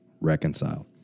reconciled